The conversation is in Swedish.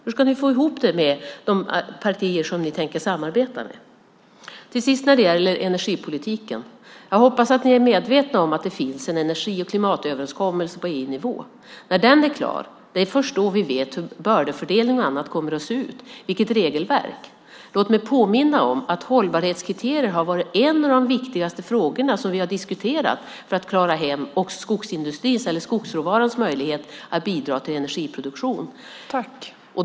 Hur ska ni få ihop det med de partier som ni tänker samarbeta med? Till sist, när det gäller energipolitiken hoppas jag att ni är medvetna om att det finns en energi och klimatöverenskommelse på EU-nivå. Det är först när den är klar som vi vet hur bördefördelning och annat kommer att se ut och vilket regelverket blir. Låt mig påminna om att hållbarhetskriterier har varit en av de viktigaste frågorna som vi har diskuterat för att klara hem också skogsråvarans möjlighet att bidra till energiproduktion.